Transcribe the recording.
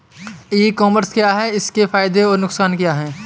ई commerce क्या है इसके फायदे और नुकसान क्या है?